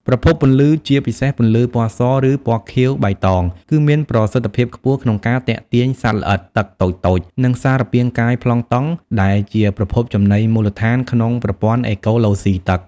ប្រភពពន្លឺ ជាពិសេសពន្លឺពណ៌ស ឬពណ៌ខៀវ-បៃតង គឺមានប្រសិទ្ធភាពខ្ពស់ក្នុងការទាក់ទាញសត្វល្អិតទឹកតូចៗ និងសារពាង្គកាយប្លង់តុង ដែលជាប្រភពចំណីមូលដ្ឋានក្នុងប្រព័ន្ធអេកូឡូស៊ីទឹក។